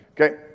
Okay